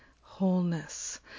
wholeness